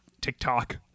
TikTok